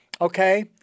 okay